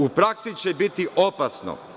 U praksi će biti opasno.